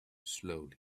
slowly